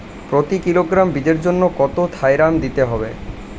প্রতি কিলোগ্রাম বীজের জন্য কত থাইরাম দিতে হবে?